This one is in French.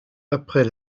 après